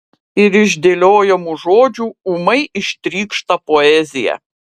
ir iš dėliojamų žodžių ūmai ištrykšta poezija